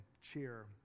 cheer